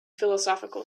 philosophical